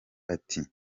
ati